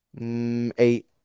Eight